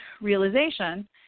realization